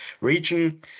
region